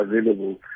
available